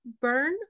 burn